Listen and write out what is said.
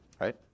right